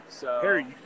Harry